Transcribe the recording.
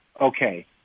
okay